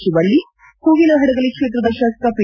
ಶಿವಳ್ಳಿ ಹೂವಿನ ಪಡಗಲಿ ಕ್ಷೇತ್ರದ ಶಾಸಕ ಪಿ